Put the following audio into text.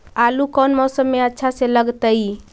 आलू कौन मौसम में अच्छा से लगतैई?